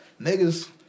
Niggas